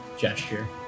gesture